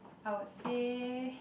I would say